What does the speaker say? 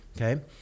okay